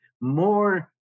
more